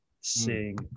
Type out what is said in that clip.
sing